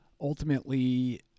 ultimately